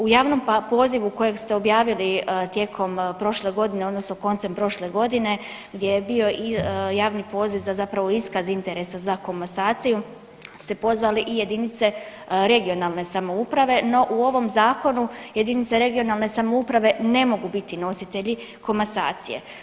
U javnom pozivu kojeg ste objavili tijekom prošle godine odnosno koncem prošle godine gdje je bio i javni poziv za zapravo iskaz interesa za komasaciju ste pozvali i jedinice regionalne samouprave, no u ovom zakonu jedinice regionalne samouprave ne mogu biti nositelji komasacije.